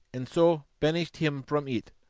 and so banished him from it,